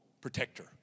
protector